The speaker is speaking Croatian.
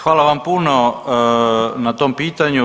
Hvala vam puno na tom pitanju.